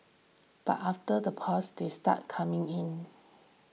but after the pause they start coming in